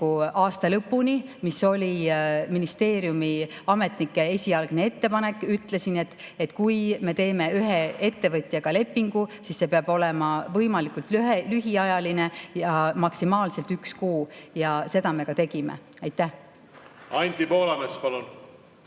aasta lõpuni, mis oli ministeeriumi ametnike esialgne ettepanek. Ütlesin, et kui me teeme ühe ettevõtjaga lepingu, siis see peab olema võimalikult lühiajaline ja maksimaalselt üks kuu. Ja seda me ka tegime. Anti Poolamets, palun!